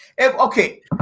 Okay